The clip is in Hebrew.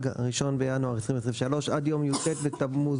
(1 בינואר 2023) עד יום י"ט בתמוז